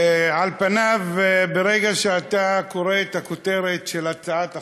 על פניו ברגע שאתה קורא את הכותרת של הצעת החוק,